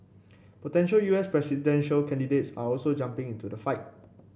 potential U S presidential candidates are also jumping into the fight